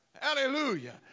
Hallelujah